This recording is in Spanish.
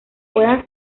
puedan